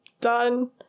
done